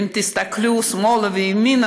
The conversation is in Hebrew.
ואם תסתכלו שמאלה וימינה,